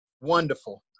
Wonderful